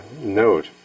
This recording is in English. note